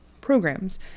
programs